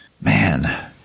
man